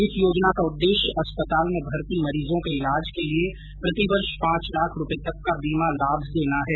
इस योजना का उद्देश्य अस्पताल में भर्ती मरीजों के इलाज के लिए प्रतिवर्ष पांच लाख रुपये तक का बीमा लाभ देना है